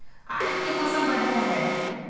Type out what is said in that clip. आय के मौसम बढ़िया है?